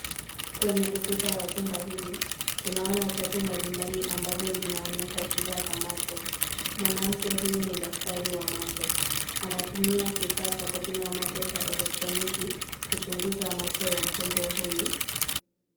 Kwenye ukuta wa chumba hili, tunaona chati mbali mbali ambazo zinaonyesha shida za macho. Mwanamke huyu ni daktari wa macho. Anatumia kifaa cha kupima macho cha eletroniki kuchunguza macho ya mgonjwa huyu.